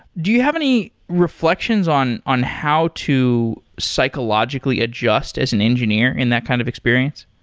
do you have any reflections on on how to psychologically adjust as an engineer in that kind of experience?